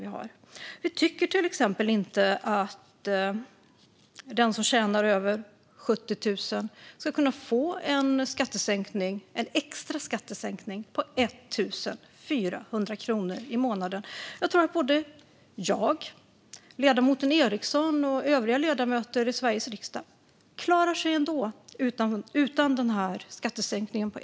Vänsterpartiet tycker till exempel inte att den som tjänar över 70 000 kronor i månaden ska kunna få en skattesänkning - en extra skattesänkning - på 1 400 kronor i månaden. Jag tror att jag, ledamoten Ericson och övriga ledamöter i Sveriges riksdag klarar sig utan den skattesänkningen.